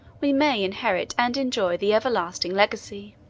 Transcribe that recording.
we may inherit and enjoy the everlasting legacy.